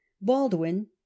Baldwin